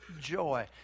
joy